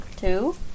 Two